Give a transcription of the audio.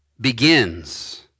begins